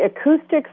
acoustics